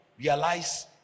realize